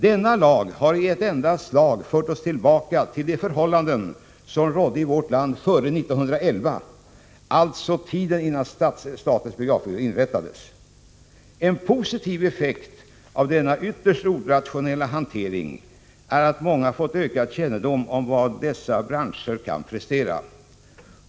Denna lag har i ett slag fört oss tillbaka till de förhållanden som rådde i vårt land före 1911 — alltså tiden innan statens biografbyrå inrättades. En positiv effekt av denna ytterst orationella hantering är att många fått ökad kännedom om vad dessa branscher kan prestera.